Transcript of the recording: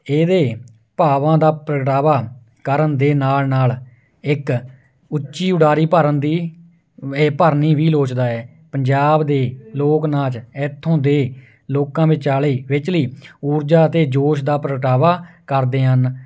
ਇਹਦੇ ਭਾਵਾਂ ਦਾ ਪ੍ਰਗਟਾਵਾ ਕਰਨ ਦੇ ਨਾਲ ਨਾਲ ਇੱਕ ਉੱਚੀ ਉਡਾਰੀ ਭਰਨ ਦੀ ਇਹ ਭਰਨੀ ਵੀ ਲੋਚਦਾ ਹੈ ਪੰਜਾਬ ਦੇ ਲੋਕ ਨਾਚ ਇੱਥੋਂ ਦੇ ਲੋਕਾਂ ਵਿੱਚਾਲੇ ਵਿੱਚਲੀ ਊਰਜਾ ਅਤੇ ਜੋਸ਼ ਦਾ ਪ੍ਰਗਟਾਵਾ ਕਰਦੇ ਹਨ